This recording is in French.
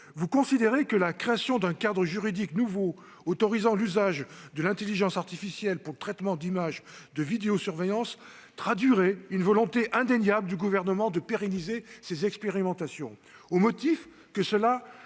vous, la création d'un cadre juridique nouveau autorisant l'usage de l'intelligence artificielle pour le traitement d'images de vidéosurveillance traduirait une volonté indéniable du Gouvernement de pérenniser ces expérimentations, au motif que cela